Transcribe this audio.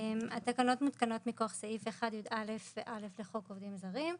התקנות מותקנות מכוח סעיף 1יא(א) לחוק עובדים זרים,